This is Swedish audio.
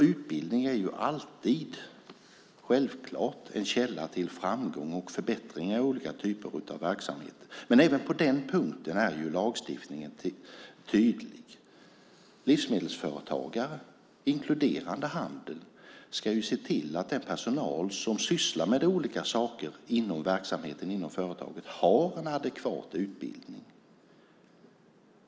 Utbildning är självklart alltid en källa till framgång och förbättring i olika typer av verksamheter. Men även på den punkten är lagstiftningen tydlig. Livsmedelsföretagare, inkluderande handeln, ska se till att den personal som sysslar med olika saker inom verksamheten och företaget har en adekvat utbildning.